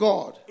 God